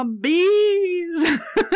bees